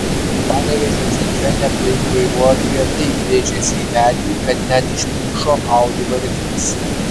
panevėžio centre neblaivi vairuotoja taip rėžėsi į medį kad net išplyšo audi variklis